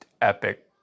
epic